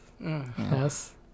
Yes